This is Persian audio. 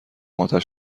اتش